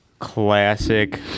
classic